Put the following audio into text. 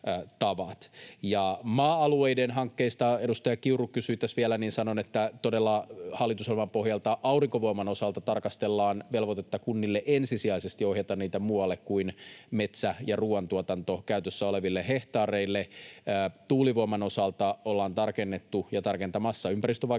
maa-alueiden hankkeista edustaja Kiuru kysyi tässä vielä, niin sanon, että todella hallitusohjelman pohjalta aurinkovoiman osalta tarkastellaan velvoitetta kunnille ensisijaisesti ohjata niitä muualle kuin metsä- ja ruuantuotantokäytössä oleville hehtaareille. Tuulivoiman osalta ollaan tarkennettu ja tarkentamassa ympäristövaikutusten